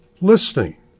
listening